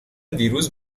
دیروز